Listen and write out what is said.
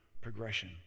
progression